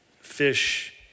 fish